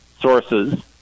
sources